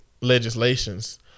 legislations